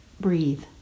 Breathe